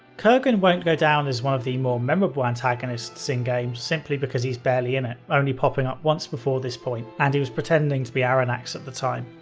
karghan won't go down as one of the more memorable antagonists in games simply because he's barely in it, only popping up once before this point and he was pretending to be arronax at the time.